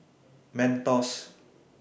Mentos